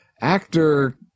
actor